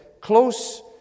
close